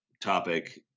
topic